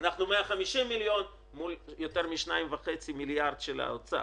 אנחנו 150 מיליון מול יותר מ-2.5 מיליארד של האוצר